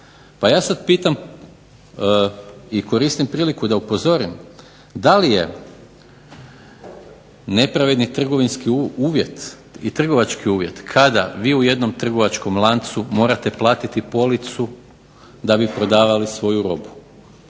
Pa ja sad pitam i koristim priliku da upozorim da li je nepravedni trgovinski uvjet i trgovački uvjet kada vi u jednom trgovačkom lancu morate platiti policu da bi prodavali svoju robu,